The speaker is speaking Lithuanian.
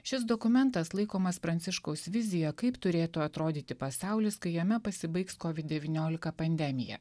šis dokumentas laikomas pranciškaus vizija kaip turėtų atrodyti pasaulis kai jame pasibaigs covid devyniolika pandemija